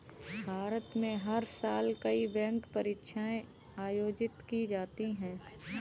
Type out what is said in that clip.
भारत में हर साल कई बैंक परीक्षाएं आयोजित की जाती हैं